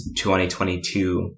2022